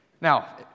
Now